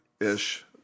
ish